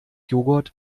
joghurt